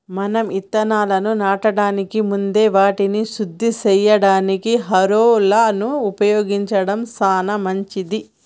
మనం ఇత్తనాలను నాటడానికి ముందే వాటిని శుద్ది సేయడానికి హారొలను ఉపయోగించడం సాన మంచిది